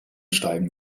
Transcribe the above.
steigen